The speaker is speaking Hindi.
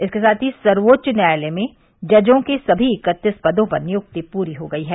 इसके साथ ही सर्वोच्च न्यायालय में जजों के सभी इक्कतीस पदों पर नियुक्ति पूरी हो गई है